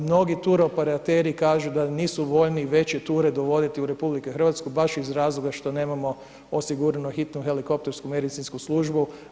Mnogi turoperateri kažu da nisu voljni veće ture dovoditi u RH baš iz razloga što nemamo osiguranu hitnu helikoptersku medicinsku službu.